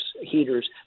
heaters